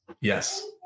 Yes